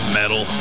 metal